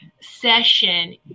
session